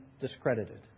discredited